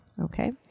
Okay